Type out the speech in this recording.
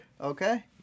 okay